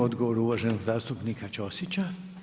Odgovor uvaženog zastupnika Ćosića.